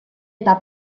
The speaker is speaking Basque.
eta